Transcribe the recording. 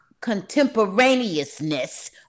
contemporaneousness